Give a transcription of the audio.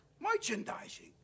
Merchandising